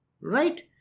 Right